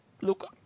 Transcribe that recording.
Look